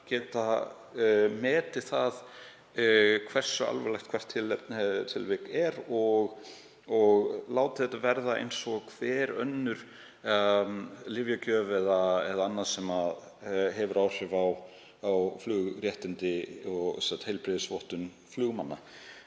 geta metið það hversu alvarlegt hvert tilvik er og látið þetta verða eins og hverja aðra lyfjagjöf eða annað sem hefur áhrif á flugréttindi og heilbrigðisvottun flugmanna.